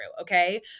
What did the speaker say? Okay